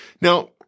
Now